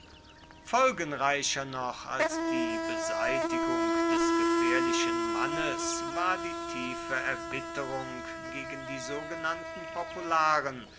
folgenreicher noch als die beseitigung des gefährlichen mannes war die tiefe erbitterung gegen die sogenannten